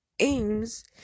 Aims